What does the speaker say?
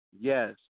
yes